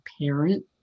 parent